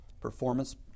performance